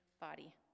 body